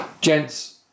gents